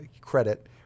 credit